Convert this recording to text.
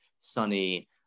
sunny